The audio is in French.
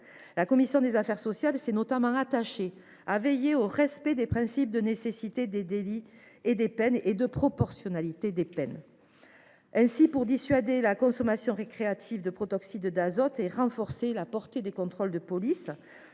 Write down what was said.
soumis à votre examen. Elle s’est notamment attachée à veiller au respect des principes de nécessité des délits et des peines et de proportionnalité des peines. Ainsi, pour dissuader la consommation récréative de protoxyde d’azote et renforcer la portée des contrôles de police,